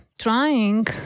Trying